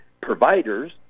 providers